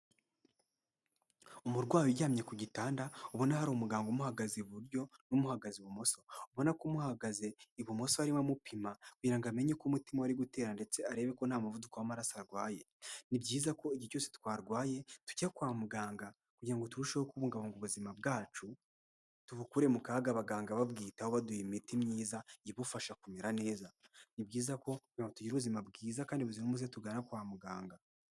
Umurwayi uryamye ku gitanda ubona hari umuganga umuhagaze iburyo n'umuhagaze ibumoso, ubona ko umuhagaze ibumoso arimo amupima kugira ngo amenye ko umutima wari gutera ndetse arebe ko nta muvuko w'amaraso arwaye. Ni byiza ko igi cyose twarwaye tujya kwa muganga kugira ngo turusheho kubungabunga ubuzima bwacu, tubukure mu kaga abaganga babwitaho waduha imiti myiza ibufasha kumera neza ni byiza ko tugira ubuzima bwiza kandi buzima umuze tugana kwa muganga.